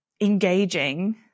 engaging